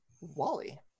Wally